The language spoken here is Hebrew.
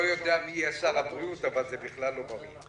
אני לא יודע מי יהיה שר הבריאות אבל זה בכלל לא בריא.